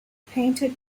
painted